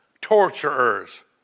torturers